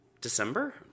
December